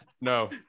no